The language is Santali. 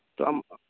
ᱛᱚ ᱟᱢ